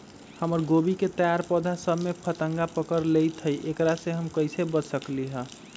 हमर गोभी के तैयार पौधा सब में फतंगा पकड़ लेई थई एकरा से हम कईसे बच सकली है?